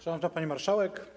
Szanowna Pani Marszałek!